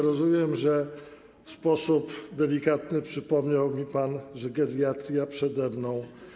Rozumiem, że w sposób delikatny przypomniał mi pan, że geriatria jest przede mną.